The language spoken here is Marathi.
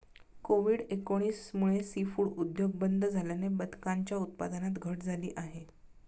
कोविड एकोणीस मुळे सीफूड उद्योग बंद झाल्याने बदकांच्या उत्पादनात घट झाली आहे